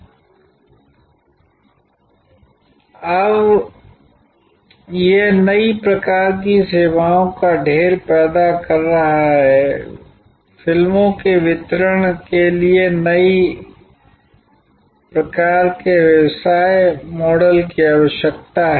यह अब नई प्रकार की सेवाओं का ढेर पैदा कर रहा है फिल्मों के वितरण के लिए नए प्रकार के व्यवसाय मॉडल की आवश्यकता है